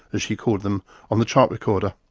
as she called them, on the chart recorder.